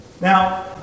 Now